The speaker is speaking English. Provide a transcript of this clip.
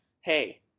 hey